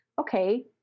okay